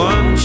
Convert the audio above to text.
One